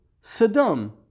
Sodom